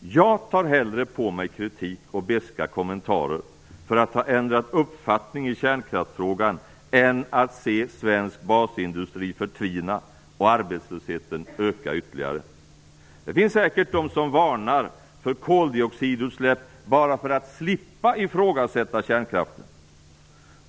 Jag tar hellre på mig kritik och beska kommentarer för att ha ändrat uppfattning i kärnkraftsfrågan än att jag ser svensk basindustri förtvina och arbetslösheten öka ytterligare. Det finns säkert de som varnar för koldioxidutsläpp bara för att slippa ifrågasätta kärnkraften.